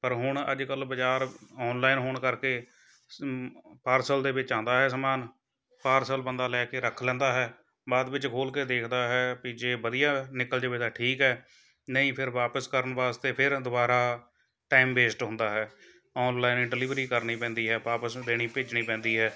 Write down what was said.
ਪਰ ਹੁਣ ਅੱਜ ਕੱਲ਼੍ਹ ਬਜਾਰ ਔਨਲਾਈਨ ਹੋਣ ਕਰਕੇ ਪਾਰਸਲ ਦੇ ਵਿੱਚ ਆਉਂਦਾ ਹੈ ਸਮਾਨ ਪਾਰਸਲ ਬੰਦਾ ਲੈ ਕੇ ਰੱਖ ਲੈਂਦਾ ਹੈ ਬਾਅਦ ਵਿੱਚ ਖੋਲ੍ਹ ਕੇ ਦੇਖਦਾ ਹੈ ਵੀ ਜੇ ਵਧੀਆ ਨਿਕਲ ਜਾਵੇ ਤਾਂ ਠੀਕ ਹੈ ਨਹੀਂ ਫਿਰ ਵਾਪਸ ਕਰਨ ਵਾਸਤੇ ਫਿਰ ਦੁਬਾਰਾ ਟਾਇਮ ਵੇਸਟ ਹੁੰਦਾ ਹੈ ਔਨਲਾਈਨ ਡਿਲੀਵਰੀ ਕਰਨੀ ਪੈਂਦੀ ਹੈ ਵਾਪਸ ਦੇਣੀ ਭੇਜਣੀ ਪੈਂਦੀ ਹੈ